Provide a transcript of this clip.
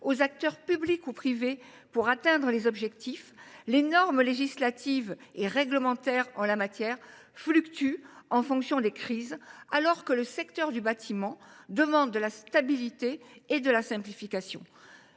aux acteurs publics ou privés pour atteindre les objectifs, les normes législatives et réglementaires en la matière fluctuent en fonction des crises, alors que le secteur du bâtiment demande de la stabilité et de la simplification.